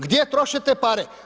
Gdje troše te pare?